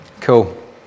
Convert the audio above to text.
cool